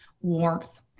warmth